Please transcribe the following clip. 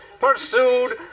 pursued